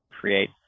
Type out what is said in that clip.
create